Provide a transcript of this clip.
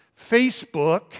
Facebook